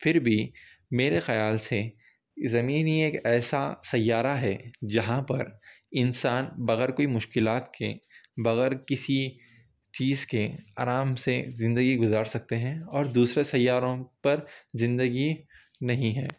پھر بھی میرے خیال سے زمین ہی ایک ایسا سیارہ ہے جہاں پر انسان بغیر کوئی مشکلات کے بغیر کسی چیز کے آرام سے زندگی گزار سکتے ہیں اور دوسرے سیاروں پر زندگی نہیں ہے